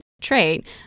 trait